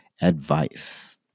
advice